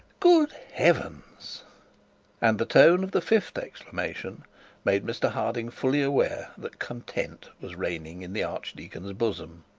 good heavens and the tone of the fifth exclamation made mr harding fully aware that content was reigning in the archdeacon's bosom.